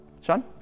Sean